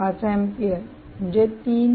5 ampere जे 3